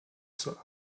zur